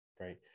right